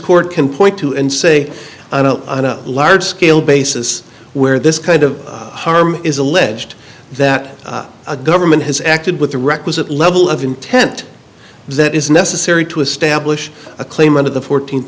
court can point to and say on a large scale basis where this kind of harm is alleged that a government has acted with the requisite level of intent that is necessary to establish a claim under the fourteenth